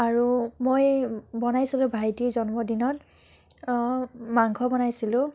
আৰু মই এই বনাইছিলোঁ ভাইটিৰ জন্মদিনত অঁ মাংস বনাইছিলোঁ